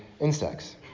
insects